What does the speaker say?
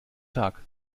tag